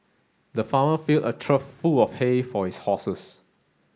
the farmer filled a trough full of hay for his horses